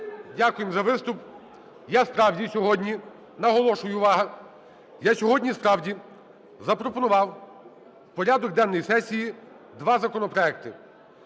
Дякую за виступ. Я, справді, сьогодні… Наголошую, увага! Я сьогодні, справді, запропонував в порядок денний сесії два законопроекти.